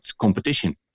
competition